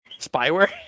spyware